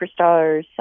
superstars